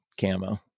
camo